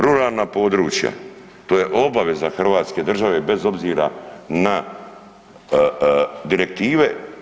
Ruralna područja to je obaveza Hrvatske države bez obzira na direktive.